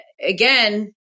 again